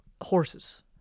Horses